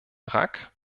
rack